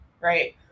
right